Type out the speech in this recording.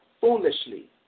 foolishly